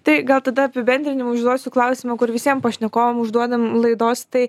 tai gal tada apibendrinimui užduosiu klausimą kur visiem pašnekovam užduodam laidos tai